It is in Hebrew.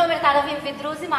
אני לא אומרת "ערבים ודרוזים".